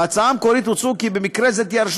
בהצעה המקורית הוצע כי במקרה זה תהיה הרשות